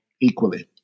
equally